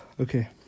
Okay